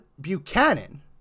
Buchanan